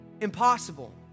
impossible